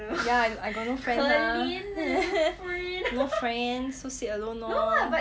ya I got no friends ma no friend so sit alone lor